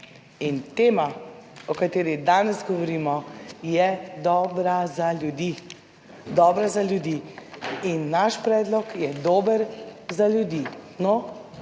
in tema o kateri danes govorimo je dobra za ljudi, dobra za ljudi in naš predlog je dober za ljudi. No